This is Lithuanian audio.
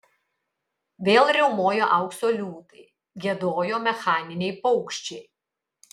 vėl riaumojo aukso liūtai giedojo mechaniniai paukščiai